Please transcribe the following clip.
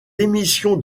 émissions